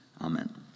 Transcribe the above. Amen